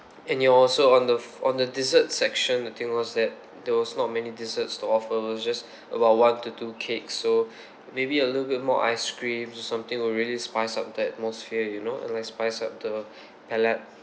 and ya also on the f~ on the dessert section the thing was that there was not many desserts to offer it was just about one to two cakes so maybe a little bit more ice cream or something will really spice up the atmosphere you know it will spice up the palate